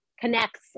connects